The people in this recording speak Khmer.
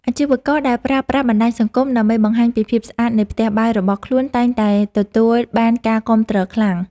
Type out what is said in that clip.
អាជីវករដែលប្រើប្រាស់បណ្តាញសង្គមដើម្បីបង្ហាញពីភាពស្អាតនៃផ្ទះបាយរបស់ខ្លួនតែងតែទទួលបានការគាំទ្រខ្លាំង។